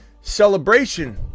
celebration